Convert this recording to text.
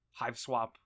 HiveSwap